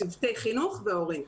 צוותי חינוך וההורים.